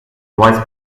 vice